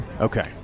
Okay